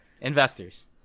investors